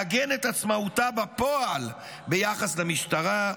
לעגן את עצמאותה בפועל ביחס למשטרה,